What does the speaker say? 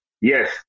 Yes